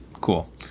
cool